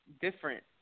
different